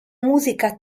musica